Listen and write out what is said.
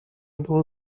было